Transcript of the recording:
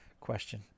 question